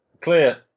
clear